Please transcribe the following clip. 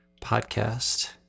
podcast